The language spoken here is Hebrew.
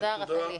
תודה, רחלי.